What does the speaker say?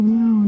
no